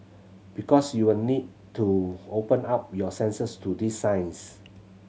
because you'll need to open up your senses to these signs